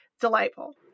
delightful